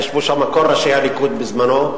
ישבו שם כל ראשי הליכוד בזמנו,